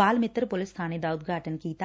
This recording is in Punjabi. ਬਾਲ ਮਿੱਤਰ ਪੁਲਿਸ ਬਾਣੇ ਦਾ ਉਦਘਾਟਨ ਕੀਤਾ